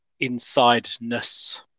insideness